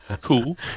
cool